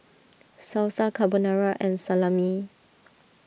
Salsa Carbonara and Salami